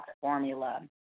formula